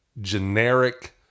generic